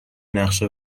نقشه